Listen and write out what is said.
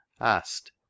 asked